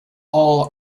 all